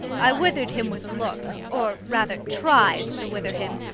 i withered him with a look, or rather tried to wither him,